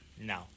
No